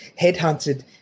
headhunted